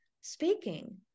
speaking